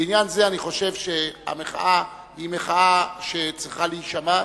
בעניין זה אני חושב שהמחאה היא מחאה שצריכה להישמע.